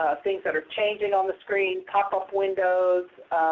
things that are changing on the screen, pop-up windows.